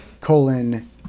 colon